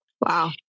Wow